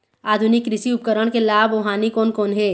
आधुनिक कृषि उपकरण के लाभ अऊ हानि कोन कोन हे?